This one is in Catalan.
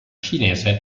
xinesa